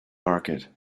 market